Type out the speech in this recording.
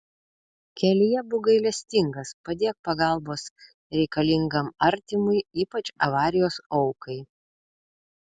kelyje būk gailestingas padėk pagalbos reikalingam artimui ypač avarijos aukai